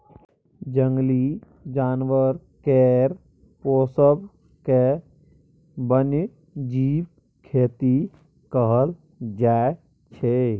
जंगली जानबर केर पोसब केँ बन्यजीब खेती कहल जाइ छै